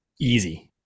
easy